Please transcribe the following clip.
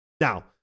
now